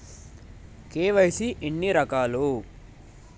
KYC ఎన్ని రకాలు?